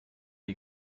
die